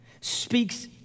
speaks